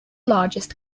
largest